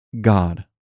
God